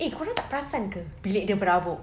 eh korang tak perasan ke bilik dia berabuk